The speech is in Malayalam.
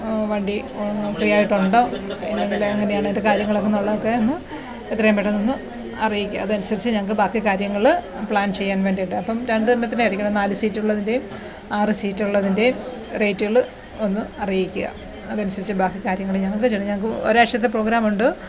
വണ്ടി ഫ്രീയായിട്ടുണ്ടോ ഇല്ലെങ്കിൽ എങ്ങനെയാണതിൻ്റെ കാര്യങ്ങളൊക്കെ ഉള്ളതൊക്കെ ഒന്ന് എത്രയും പെട്ടന്നൊന്ന് അറിയിക്കുക അതനുസരിച്ച് ഞങ്ങൾക്ക് ബാക്കി കാര്യങ്ങൾ പ്ലാൻ ചെയ്യാൻ വേണ്ടീട്ട് അപ്പം രണ്ടെണ്ണത്തിൻ്റെ ആയിരിക്കണം നാല് സീറ്റുള്ളതിൻറ്റെം ആറ് സീറ്റുള്ളതിൻറ്റെം റേറ്റ്കൾ ഒന്ന് അറിയിക്കുക അതനുസരിച്ച് ബാക്കി കാര്യങ്ങൾ ഞങ്ങൾക്ക് ചെയ്യണം ഞങ്ങൾക്ക് ഒരാഴ്ച്ചത്തെ പ്രോഗ്രാമുണ്ട്